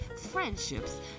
friendships